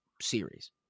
series